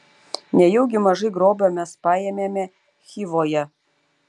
nejaugi mažai grobio mes paėmėme chivoje